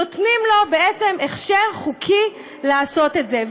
נותנים לו בעצם הכשר חוקי לעשות את זה,